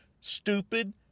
stupid